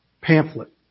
pamphlet